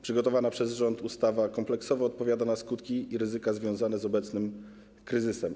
Przygotowana przez rząd ustawa kompleksowo odpowiada na skutki i ryzyka związane z obecnym kryzysem.